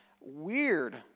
Weird